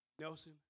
Nelson